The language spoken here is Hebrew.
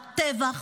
הטבח,